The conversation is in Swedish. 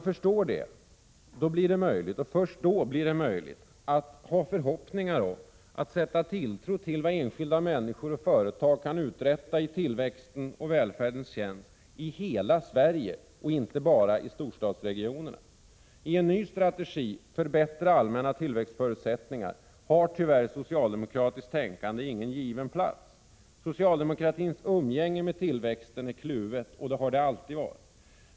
Först när man förstår det blir det möjligt att ha förhoppningar om och sätta tilltro till vad enskilda människor och företag kan uträtta i tillväxtens och välfärdens tjänst i hela Sverige och inte bara i storstadsregionerna. I en ny strategi för bättre allmänna tillväxtförutsättningar har tyvärr socialdemokratiskt tänkande ingen given plats. Socialdemokratins umgänge med tillväxten är kluvet och det har det alltid varit.